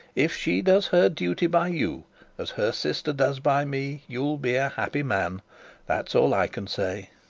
if she does her duty by you as her sister does by me, you'll be a happy man that's all i can say